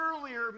earlier